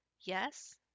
Yes